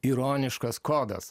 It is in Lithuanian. ironiškas kodas